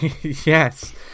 Yes